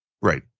Right